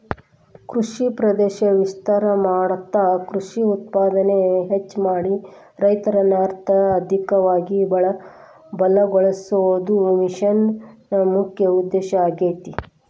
ಕೃಷಿ ಪ್ರದೇಶ ವಿಸ್ತಾರ ಮಾಡ್ತಾ ಕೃಷಿ ಉತ್ಪಾದನೆನ ಹೆಚ್ಚ ಮಾಡಿ ರೈತರನ್ನ ಅರ್ಥಧಿಕವಾಗಿ ಬಲಗೋಳಸೋದು ಮಿಷನ್ ನ ಮುಖ್ಯ ಉದ್ದೇಶ ಆಗೇತಿ